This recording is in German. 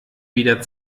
wieder